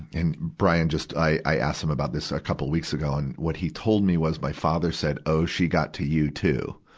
and brian just, i, i asked him about this a couple weeks ago, and what he told me was, my father said, oh, she got to you, too.